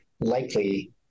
likely